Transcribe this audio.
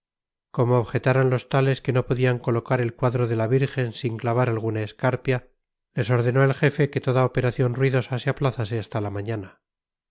como objetaran los tales que no podían colocar el cuadro de la virgen sin clavar alguna escarpia les ordenó el jefe que toda operación ruidosa se aplazase hasta la mañana